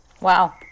Wow